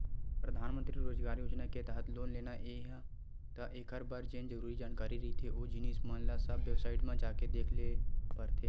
परधानमंतरी रोजगार योजना के तहत लोन लेना हे त एखर बर जेन जरुरी जानकारी रहिथे ओ जिनिस मन ल सब बेबसाईट म जाके देख ल परथे